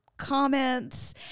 comments